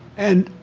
and